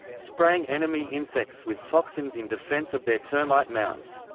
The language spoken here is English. spraying enemy insects with toxins in defence of their termite mounds.